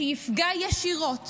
שיפגע ישירות